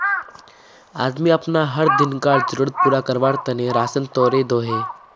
आदमी अपना हर दिन्कार ज़रुरत पूरा कारवार तने राशान तोड़े दोहों